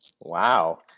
Wow